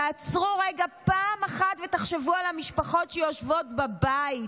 תעצרו רגע פעם אחת ותחשבו על המשפחות שיושבות בבית.